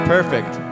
Perfect